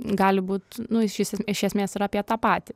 gali būt nu iš es iš esmės ir apie tą patį